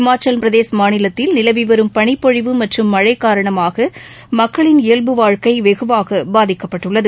இமாச்சலப் மாநிலத்தில் நிலவி வரும் பனிப்பொழிவு மற்றும் மழை காரணமாக மக்களின் இயல்பு வாழ்க்கை வெகுவாக பாதிக்கப்பட்டுள்ளது